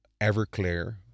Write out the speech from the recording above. Everclear